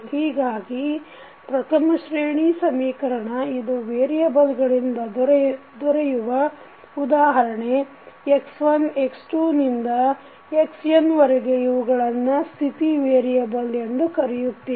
ಹೀಗಾಗಿ ಪ್ರಥಮಶ್ರೇಣಿ ಸಮೀಕರಣ ಇದು ವೆರಿಯೆಬಲ್ಗಳಿಂದ ದೊರೆಯುವ ಉದಾಹರಣೆಗೆ x1 x2 ನಿಂದ xn ವರೆಗೆ ಇವುಗಳನ್ನು ಸ್ಥಿತಿ ವೇರಿಯಬಲ್ ಎಂದು ಕರೆಯುತ್ತೇವೆ